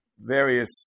various